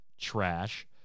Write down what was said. Trash